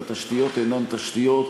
והתשתיות אינן תשתיות,